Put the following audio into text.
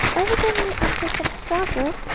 evidently after some struggle,